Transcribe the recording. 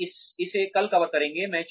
हम इसे कल कवर करेंगे